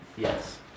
Yes